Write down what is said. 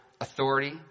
authority